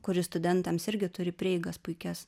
kuris studentams irgi turi prieigas puikias